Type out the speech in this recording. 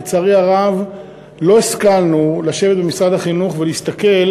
לצערי הרב לא השכלנו לשבת במשרד החינוך ולהסתכל